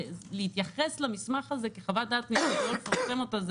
להתייחס למסמך הזה כחוות דעת ולא לפרסם אותו,